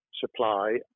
supply